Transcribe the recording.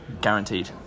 guaranteed